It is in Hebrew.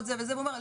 והוא אומר,